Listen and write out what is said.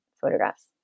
photographs